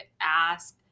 ask